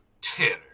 Tanner